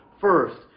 First